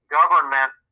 government